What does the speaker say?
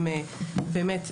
באמת,